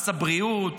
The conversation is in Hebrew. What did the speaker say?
מס בריאות,